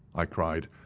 i cried,